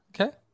Okay